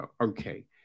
okay